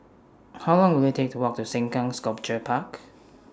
How Long Will IT Take to Walk to Sengkang Sculpture Park